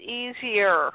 easier